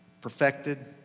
perfected